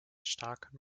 starken